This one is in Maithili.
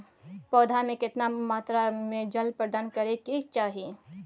पौधा में केतना मात्रा में जल प्रदान करै के चाही?